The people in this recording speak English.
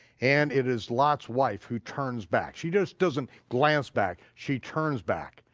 and it is lot's wife who turns back, she just doesn't glance back, she turns back.